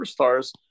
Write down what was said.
superstars